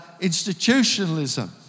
institutionalism